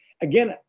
Again